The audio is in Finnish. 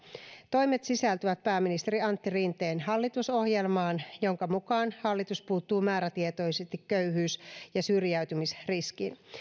toimet sisältyvät pääministeri antti rinteen hallitusohjelmaan jonka mukaan hallitus puuttuu määrätietoisesti köyhyys ja syrjäytymisriskiin